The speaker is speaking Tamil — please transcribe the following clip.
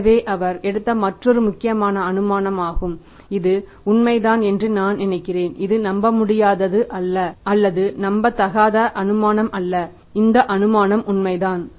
எனவே இது அவர் எடுத்த மற்றொரு முக்கியமான அனுமானமாகும் இது உண்மை என்று நான் நினைக்கிறேன் இது நம்பமுடியாத அல்லது நம்பத்தகாத அனுமானம் அல்ல இந்த அனுமானம் உண்மைதான்